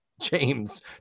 James